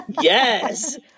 Yes